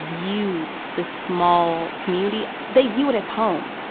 view this small community, they view it as home.